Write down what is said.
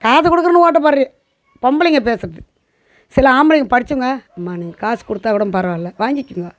காசு கொடுக்கறவனுக்கு ஓட்ட போட்றி பொம்பளைங்க பேசுகிறது சில ஆம்பளைங்க படித்தவங்க அம்மா நீங்கள் காசு கொடுத்தா கூடும் பரவாயில்ல வாங்கிக்கோங்க